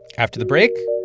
after the break,